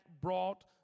brought